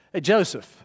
Joseph